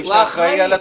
מי שאחראי על התחום.